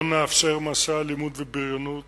לא נאפשר מעשי אלימות ובריונות